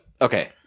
Okay